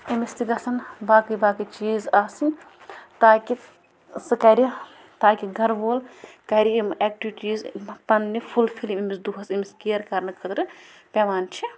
تٔمِس تہِ گَژھن باقٕے باقٕے چیٖز آسٕنۍ تاکہِ سُہ کَرِ تاکہِ گَر وول کَرِ یِم اٮ۪کٹِوٹیٖز أمۍ مۄکھ پنٛنہِ فُل فِل یِم أمِس دۄہَس أمِس کِیَر کَرنہٕ خٲطرٕ پٮ۪وان چھِ